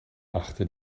achtet